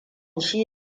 shi